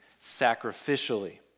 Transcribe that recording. sacrificially